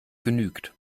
genügt